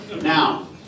Now